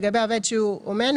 לגבי עובד שהוא אומן,